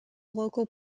local